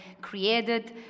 created